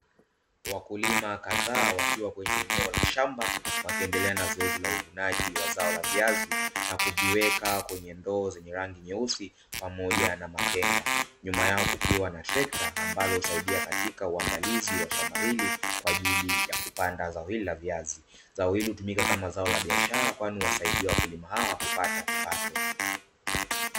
Wakulima kadhaa wakiwa kwenye eneo la shamba, wakiendelea na zoezi la uvunaji wa zao la viazi na kuviweka kwenye ndoo zenye rangi nyeusi pamoja na matenga. Nyuma yao kukiwa na trekta ambalo husaidia katika uandalizi wa shamba hili kwa ajili ya kupanda zao hili la viazi. Zao hili hutumika kama zao la biashara, kwani huwasaidia wakulima hawa kupata kipato.